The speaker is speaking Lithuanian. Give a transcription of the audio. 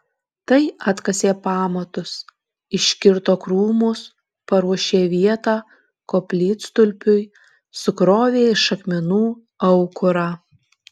tai atkasė pamatus iškirto krūmus paruošė vietą koplytstulpiui sukrovė iš akmenų aukurą